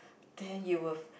then you worth